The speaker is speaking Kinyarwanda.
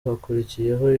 hakurikiyeho